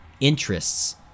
interests